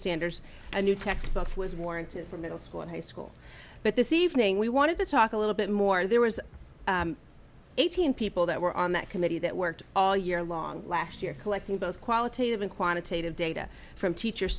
standards a new textbooks was warranted for middle school and high school but this evening we wanted to talk a little bit more there was eighteen people that were on that committee that worked all year long last year collecting both qualitative and quantitative data from teacher